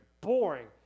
boring